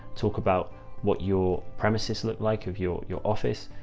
talk about what your premises looked like of your, your office.